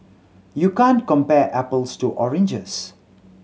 you can't compare apples to oranges